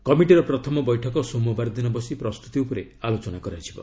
କମିଟିର ପ୍ରଥମ ବୈଠକ ସୋମବାର ଦିନ ବସି ପ୍ରସ୍ତୁତି ଉପରେ ଆଲୋଚନା କରାଯିବ